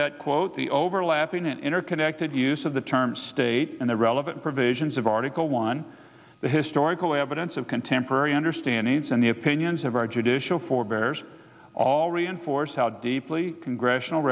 that quote the overlapping and interconnected use of the term state and the relevant provisions of article one the historical evidence of contemporary understand is and the opinions of our judicial forebears all reinforce how deeply congressional